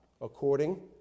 according